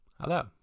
Hello